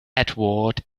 edward